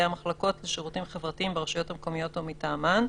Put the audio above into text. המחלקות לשירותים חברתיים ברשויות המקומיות או מטעמן.